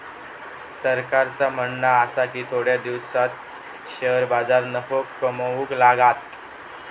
सरकारचा म्हणणा आसा की थोड्या दिसांत शेअर बाजार नफो कमवूक लागात